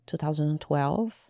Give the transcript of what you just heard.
2012